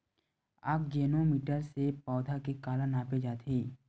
आकजेनो मीटर से पौधा के काला नापे जाथे?